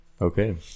Okay